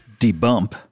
Debump